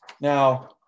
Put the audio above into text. Now